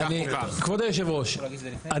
כבוד יושב הראש,